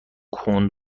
کند